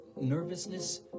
nervousness